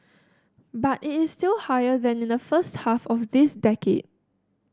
but it is still higher than in the first half of this decade